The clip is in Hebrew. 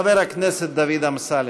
חבר הכנסת דוד אמסלם.